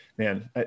Man